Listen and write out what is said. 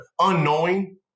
unknowing